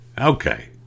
Okay